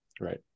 Right